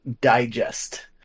Digest